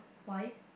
why